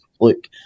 look